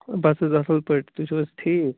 بَس حظ اَصٕل پٲٹھۍ تُہۍ چھِو حظ ٹھیٖک